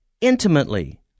intimately